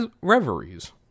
reveries